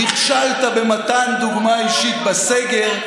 נכשלת במתן דוגמה אישית בסגר.